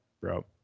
bro